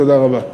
תודה רבה.